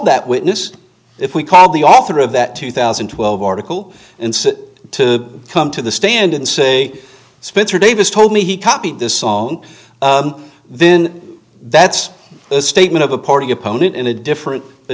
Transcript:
that witness if we call the author of that two thousand and twelve article and sit to come to the stand and say spencer davis told me he copied this song then that's a statement of a party opponent in a different a